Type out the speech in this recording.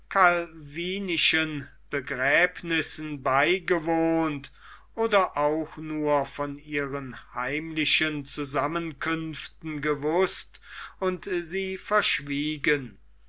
calvinischen begräbnissen beigewohnt oder auch nur von ihren heimlichen zusammenkünften gewußt und sie verschwiegen